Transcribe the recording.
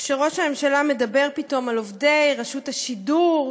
כשראש הממשלה מדבר פתאום על עובדי רשות השידור,